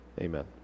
amen